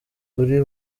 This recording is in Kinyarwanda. uri